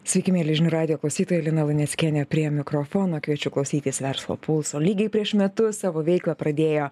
sveiki mieli žinių radijo klausytojai lina luneckienė prie mikrofono kviečiu klausytis verslo pulso lygiai prieš metus savo veiklą pradėjo